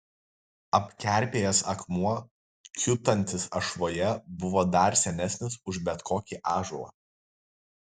apkerpėjęs akmuo kiūtantis ašvoje buvo dar senesnis už bet kokį ąžuolą